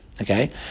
Okay